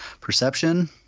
Perception